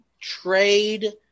trade